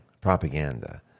propaganda